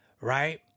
Right